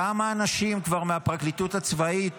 כמה אנשים מהפרקליטות הצבאית